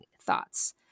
thoughts